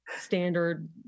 standard